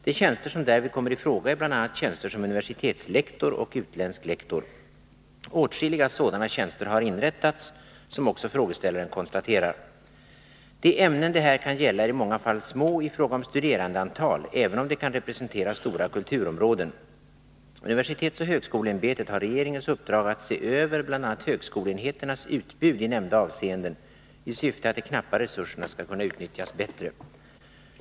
De tjänster som därvid kommer i fråga är bl.a. tjänster som universitetslektor och utländsk lektor. Åtskilliga sådana tjänster har inrättats, som också frågeställaren konstaterar. De ämnen det här kan gälla är i många fall små i fråga om studerandeantal, även om de kan representera stora kulturområden. Universitetsoch högskoleämbetet har regeringens uppdrag att se över bl.a. högskoleenheternas utbud i nämnda avseenden i syfte att de knappa resurserna skall kunna utnyttjas bättre.